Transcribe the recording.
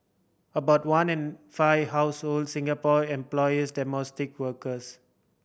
about one in five households Singapore employers domestic workers